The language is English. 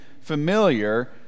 familiar